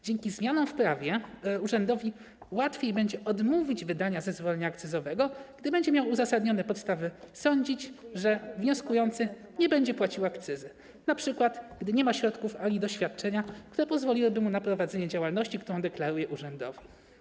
Dzięki zmianom w prawie urzędowi łatwiej będzie odmówić wydania zezwolenia akcyzowego, gdy będzie miał uzasadnione podstawy sądzić, że wnioskujący nie będzie płacił akcyzy, np. gdy nie ma środków ani doświadczenia, które pozwoliłyby mu na prowadzenie działalności, którą deklaruje urzędowi.